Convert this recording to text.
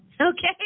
Okay